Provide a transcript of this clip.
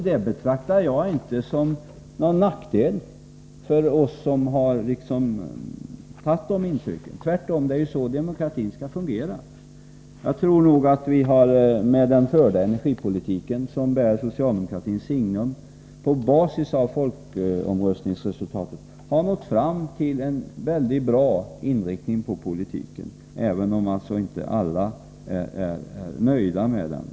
Jag betraktar det inte som en nackdel att vi har tagit intryck av andra. Tvärtom, det är ju så demokratin skall fungera. Med den förda energipolitiken, som bär socialdemokratins signum, och på basis av folkomröstningsresultatet tror jag att vi har fått en mycket bra inriktning av energipolitiken, även om inte alla är nöjda med den.